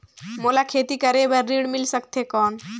मोला खेती करे बार ऋण मिल सकथे कौन?